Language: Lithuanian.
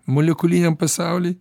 molekuliniam pasauly